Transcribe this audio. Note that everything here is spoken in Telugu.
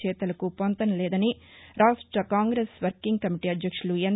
చేతలకు పొంతన లేదని రాష్ట కాంగ్రెస్ వర్కింట్ కమిటీ అధ్యక్షులు ఎన్